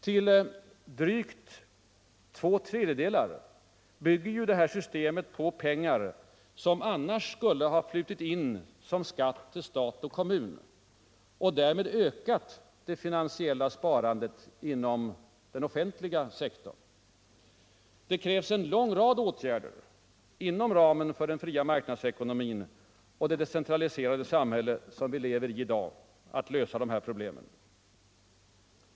Till drygt två tredjedelar bygger det systemet på pengar som annars skulle ha flutit in som skatt till stat och kommun och därmed ökat det finansiella sparandet inom den offentliga sektorn. Det krävs en lång rad åtgärder inom ramen för den fria marknadsekonomi och det decentraliserade samhälle som vi i dag lever i för att lösa detta problem.